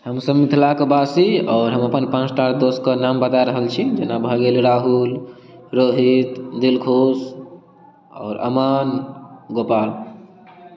हमसब मिथिलाके बासी आओर हम अपन पाँच टा दोस्तके नाम बता रहल छी जेना भऽ गेल राहुल रोहित दिलखुश आओर अमन गोपाल